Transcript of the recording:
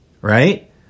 right